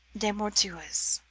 de mortuis